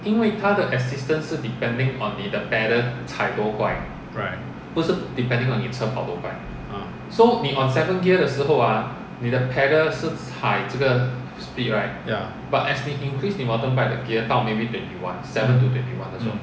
right ah ya mm